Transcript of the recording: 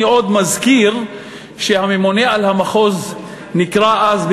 אני עוד מזכיר שהממונה על המחוז נקרא אז,